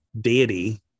deity